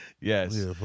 yes